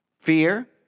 fear